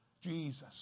jesus